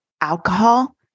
alcohol